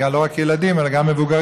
לא רק ילדים אלא גם מבוגרים,